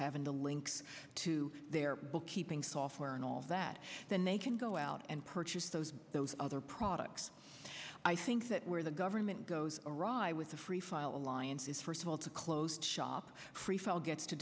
and the links to their bookkeeping software and all that the name can go out and purchase those those other products i think that where the government goes awry with the free file alliance is first of all to closed shop free file gets to